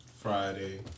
Friday